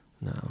No